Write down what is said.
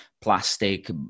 plastic